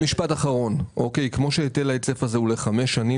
משפט אחרון: כמו שהיטל ההיצף הזה הוא לחמש שנים